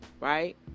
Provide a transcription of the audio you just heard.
right